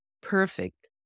perfect